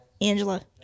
Angela